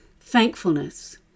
thankfulness